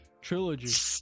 trilogy